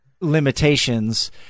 limitations